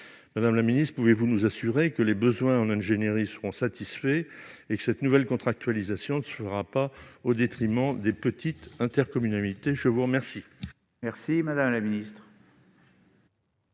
Madame la ministre, pouvez-vous nous assurer que les besoins en ingénierie seront satisfaits et que cette nouvelle contractualisation ne sera pas mise en oeuvre au détriment des petites intercommunalités ? La parole est à Mme la ministre.